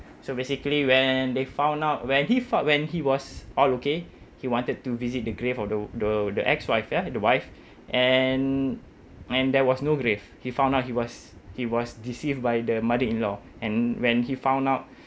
so basically when they found out when he felt when he was all okay he wanted to visit the grave of the the the the ex-wife ya the wife and and there was no grave he found out he was he was deceived by the mother-in-law and when he found out